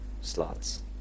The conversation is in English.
slots